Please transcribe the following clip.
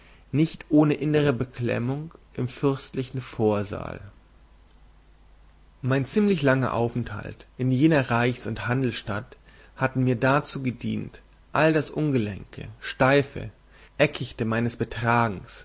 nicht ohne innere beklemmung im fürstlichen vorsaal mein ziemlich langer aufenthalt in jener reichs und handelsstadt hatte mir dazu gedient all das ungelenke steife eckichte meines betragens